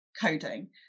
coding